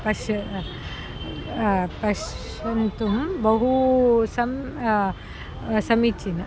पश्य पश्यन्तुं बहु सम्यक् समीचीनम्